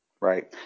Right